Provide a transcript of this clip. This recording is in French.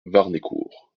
warnécourt